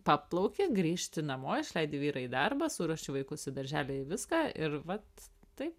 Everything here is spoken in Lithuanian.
paplauki grįžti namo išleidi vyrą į darbą suruoši vaikus į darželį į viską ir vat taip